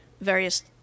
various